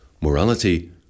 morality